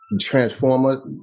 Transformer